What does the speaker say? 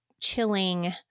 chilling